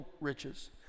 riches